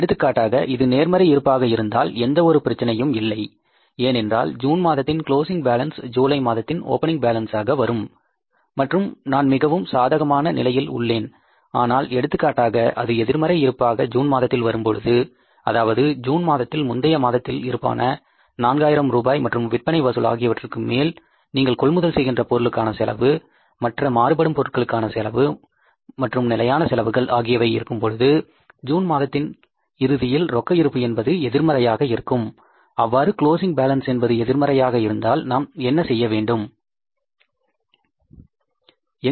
எடுத்துக்காட்டாக இது நேர்மறை இருப்பாக இருந்தால் எந்த ஒரு பிரச்சனையும் இல்லை ஏனென்றால் ஜூன் மாதத்தின் க்ளோஸிங் பேலன்ஸ் ஜூலை மாதத்தின் ஓப்பனிங் பேலன்ஸ் ஆக வரும் மற்றும் நான் மிகவும் சாதகமான நிலையில் உள்ளோம் ஆனால் எடுத்துக்காட்டாக அது எதிர்மறை இருப்பாக ஜூன் மாதத்தில் வரும்பொழுது அதாவது ஜூன் மாதத்தில் முந்தைய மாதத்தில் இருப்பான நான்காயிரம் ரூபாய் மற்றும் விற்பனை வசூல் ஆகியவற்றுக்கு மேல் நீங்கள் கொள்முதல் செய்கின்ற பொருளுக்கான செலவு மற்ற மாறுபடும் பொருட்களுக்கான செலவு மற்றும் நிலையான செலவுகள் ஆகியவை இருக்கும்பொழுது ஜூன் மாதத்தில் இறுதியில் ரொக்க இருப்பு என்பது எதிர்மறையாக இருக்கும் அவ்வாறு க்ளோஸிங் பேலன்ஸ் என்பது எதிர்மறையாக இருந்தால் நாம் என்ன செய்யப் போகின்றோம்